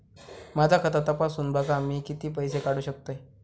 माझा खाता तपासून बघा मी किती पैशे काढू शकतय?